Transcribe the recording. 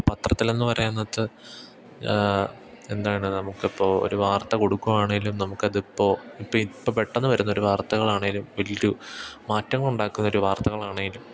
പത്രത്തിലെന്നു പറയുന്നത് എന്താണ് നമുക്കിപ്പോള് ഒരു വാർത്ത കൊടുക്കുകയാണേലും നമ്മുക്കതിപ്പോള് ഇപ്പോള് ഇപ്പോള് പെട്ടെന്ന് വരുന്നൊരു വാർത്തകളാണേലും വലിയൊരു മാറ്റം ഉണ്ടാക്കുന്നൊരു വാർത്തകളാണേലും